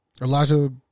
Elijah